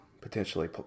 potentially